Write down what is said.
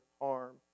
harm